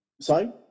Sorry